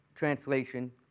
Translation